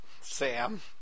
Sam